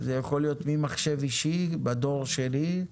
זה יכול להיות ממחשב אישי, בדור שלי,